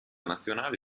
nazionale